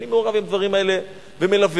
אני מעורב בדברים האלה ומלווה,